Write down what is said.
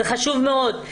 זה חשוב מאוד,